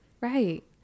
Right